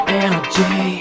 energy